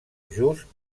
just